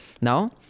now